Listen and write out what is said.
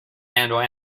handle